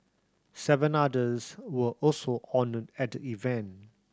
seven others were also honoured at the event